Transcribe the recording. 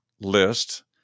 List